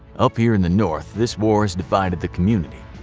up here in the north this war has divided the community.